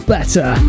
Better